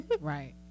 Right